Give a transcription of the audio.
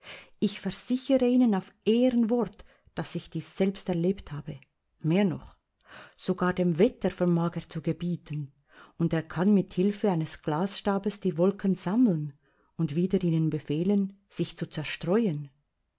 ich versichere ihnen auf ehrenwort daß ich dies selbst erlebt habe mehr noch sogar dem wetter vermag er zu gebieten und er kann mit hilfe eines glasstabes die wolken sammeln und wieder ihnen befehlen sich zu zerstreuen